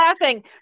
laughing